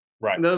Right